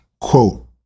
quote